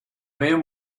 men